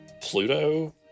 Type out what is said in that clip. Pluto